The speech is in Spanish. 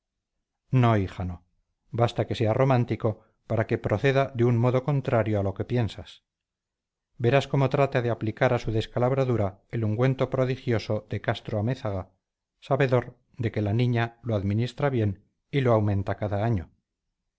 no hija no basta que sea romántico para que proceda de un modo contrario a lo que piensas verás cómo trata de aplicar a su descalabradura el ungüento prodigioso de castro-amézaga sabedor de que la niña lo administra bien y lo aumenta cada año